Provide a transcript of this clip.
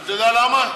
אתה יודע למה?